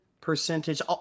percentage